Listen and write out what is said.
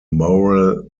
moral